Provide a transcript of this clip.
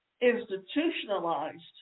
institutionalized